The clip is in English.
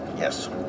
Yes